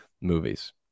movies